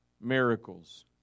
Miracles